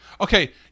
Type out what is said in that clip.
Okay